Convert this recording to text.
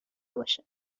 باشه